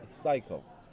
cycle